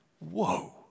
Whoa